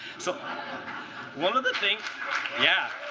so one of the things yeah.